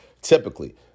typically